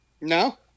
No